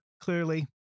clearly